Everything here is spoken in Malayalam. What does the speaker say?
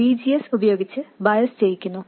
ഇത് ഒരു VGS ഉപയോഗിച്ച് ബയസ് ചെയ്യിക്കുന്നു